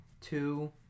two